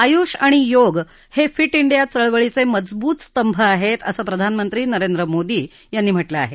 आयुष आणि योग हे फिट डिया चळवळीचे मजबूत स्तंभ आहेत असं प्रधानमंत्री नरेंद्र मोदी यांनी म्हटलं आहे